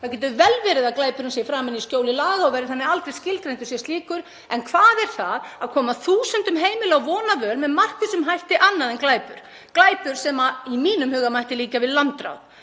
Það getur vel verið að glæpurinn sé framinn í skjóli laga og verði þannig aldrei skilgreindur sem slíkur. En hvað er það að koma þúsundum heimila á vonarvöl með markvissum hætti annað en glæpur, glæpur sem í mínum huga mætti líkja við landráð?